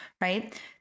right